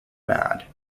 mad